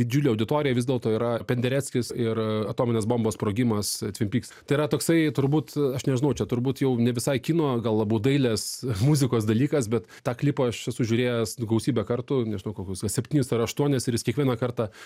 didžiulėj auditorijoj vis dėlto yra pendereckis ir atominės bombos sprogimas tvin pyks tai yra toksai turbūt aš nežinau čia turbūt jau ne visai kino gal labiau dailės muzikos dalykas bet tą klipą aš esu žiūrėjęs gausybę kartų nežinau kokius septynis ar aštuonis ir jis kiekvieną kartą